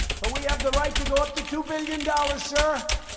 but we have the right to go up to two billion dollars, sir.